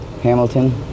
Hamilton